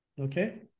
Okay